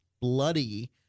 bloody